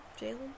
Jalen